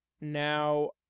Now